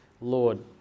Lord